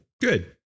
Good